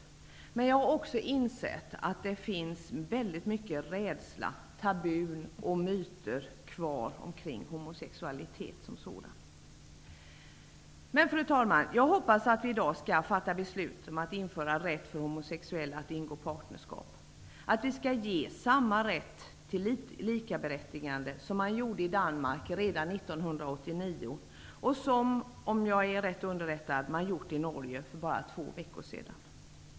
Men jag har också insett att det finns väldigt mycket rädsla, tabun och myter kvar kring homosexualitet. Fru talman! Jag hoppas emellertid att vi i dag ska fatta beslut att införa rätt för homosexuella att ingå partnerskap, att vi skall ge samma rätt till likaberättigande som man gjorde i Danmark redan 1989 och som, om jag är rätt underrättad, man gjorde i Norge för bara två veckor sedan.